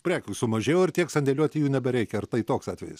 prekių sumažėjo ir tiek sandėliuoti jų nebereikia ar tai toks atvejis